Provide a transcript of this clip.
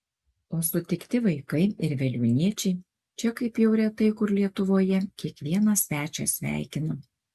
o sutikti vaikai ir veliuoniečiai čia kaip jau retai kur lietuvoje kiekvieną svečią sveikina